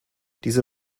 diese